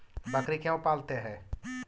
बकरी क्यों पालते है?